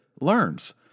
learns